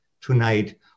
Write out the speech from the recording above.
tonight